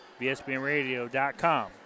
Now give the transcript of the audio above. VSBNradio.com